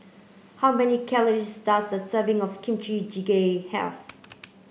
how many calories does a serving of Kimchi Jjigae have